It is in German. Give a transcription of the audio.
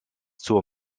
zur